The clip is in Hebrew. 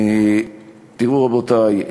רבותי,